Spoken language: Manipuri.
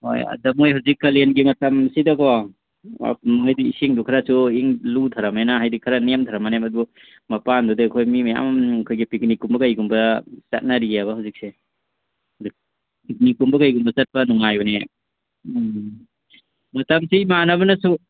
ꯍꯣꯏ ꯑꯗꯥ ꯃꯣꯏ ꯍꯧꯖꯤꯛ ꯀꯥꯂꯦꯟꯒꯤ ꯃꯇꯝꯁꯤꯗꯀꯣ ꯍꯥꯏꯕꯗꯤ ꯏꯁꯤꯡꯗꯣ ꯈꯔꯁꯨ ꯏꯪ ꯂꯨꯊꯔꯃꯦꯅ ꯍꯥꯏꯕꯗꯤ ꯅꯦꯝꯊꯔꯝꯃꯅꯦꯕ ꯑꯗꯨ ꯃꯄꯥꯟꯗꯨꯗ ꯑꯩꯈꯣꯏ ꯃꯤ ꯃꯌꯥꯝ ꯑꯃ ꯑꯩꯈꯣꯏꯒꯤ ꯄꯤꯀꯤꯅꯤꯛꯒꯨꯝꯕ ꯀꯩꯒꯨꯝꯕ ꯆꯠꯅꯔꯤꯑꯦ ꯍꯧꯖꯤꯛꯁꯦ ꯄꯤꯀꯤꯅꯤꯛꯒꯨꯝꯕ ꯀꯩꯒꯨꯝꯕ ꯆꯠꯄ ꯅꯨꯡꯉꯥꯏꯕꯅꯦ ꯎꯝ ꯃꯇꯝꯁꯤ ꯏꯃꯥꯟꯅꯕꯅꯁꯨ